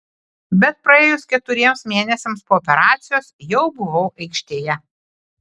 bet praėjus keturiems mėnesiams po operacijos jau buvau aikštėje